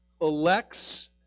elects